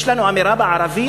יש לנו אמרה בערבית,